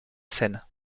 seine